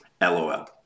LOL